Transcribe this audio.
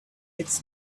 its